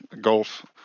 Golf